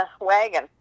wagon